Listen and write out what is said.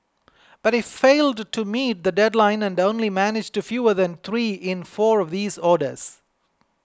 but it failed to meet the deadline and only managed fewer than three in four of these orders